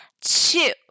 two